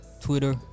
Twitter